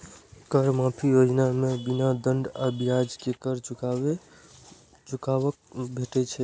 कर माफी योजना मे बिना दंड आ ब्याज के कर चुकाबै के मौका भेटै छै